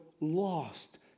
lost